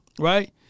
right